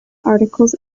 articles